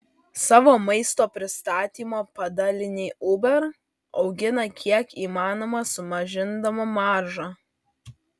savo maisto pristatymo padalinį uber augina kiek įmanoma sumažindama maržą